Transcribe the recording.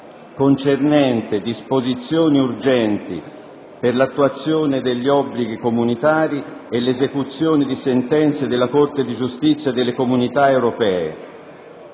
recante disposizioni urgenti per l'attuazione di obblighi comunitari e l'esecuzione di sentenze della Corte di giustizia delle Comunità europee;